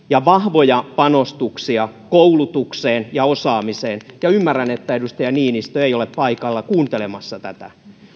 ja vahvoja panostuksia koulutukseen ja osaamiseen ja ymmärrän että edustaja niinistö ei ole paikalla kuuntelemassa tätä